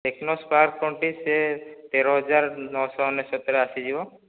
techno Spark twenty ସେ ତେର ହଜାର ନଅସହ ଅନେଶତରେ ଆସିଯିବ